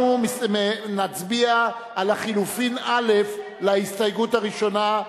אנחנו נצביע על לחלופין א' להסתייגות הראשונה,